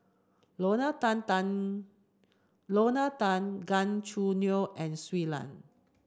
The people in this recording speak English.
Lorna Tan Tan Lorna Tan Gan Choo Neo and Shui Lan